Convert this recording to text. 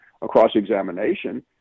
cross-examination